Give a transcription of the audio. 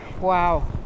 wow